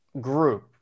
group